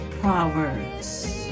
Proverbs